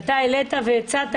ואתה העלית והצעת,